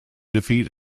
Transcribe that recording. defeat